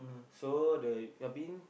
so the